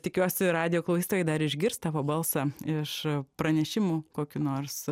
tikiuosi radijo klausytojai dar išgirs tavo balsą iš pranešimų kokių nors